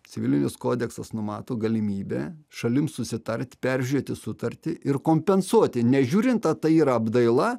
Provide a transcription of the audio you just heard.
civilinis kodeksas numato galimybę šalims susitart peržiūrėti sutartį ir kompensuoti nežiūrint a tai yra apdaila